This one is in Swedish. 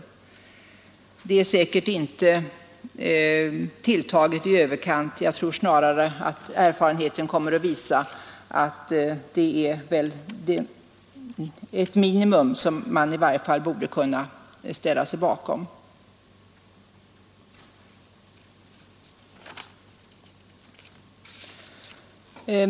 Antalet är säkert inte tilltaget i överkant — jag tror snarare att erfarenheten kommer att visa att det är ett minimum som man i varje fall borde kunna ställa sig bakom.